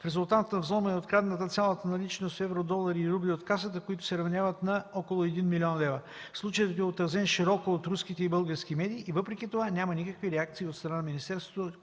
В резултат на взлома е изпаднала цялата наличност в евро, долари и рубли от касата, които се равняват на около 1 млн. лв. Случаят е отразен широко от руските и български медии и въпреки това няма никакви реакции от страна на министерството,